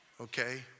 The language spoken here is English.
okay